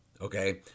okay